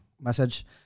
message